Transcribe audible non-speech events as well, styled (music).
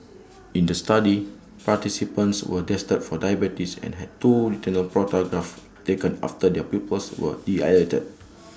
in the study participants were tested for diabetes and had two retinal photographs taken after their pupils were (unintelligible)